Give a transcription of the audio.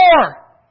more